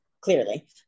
clearly